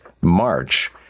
March